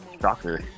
Shocker